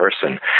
person